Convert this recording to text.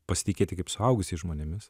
pasitikėti kaip suaugusiais žmonėmis